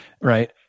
right